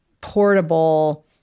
portable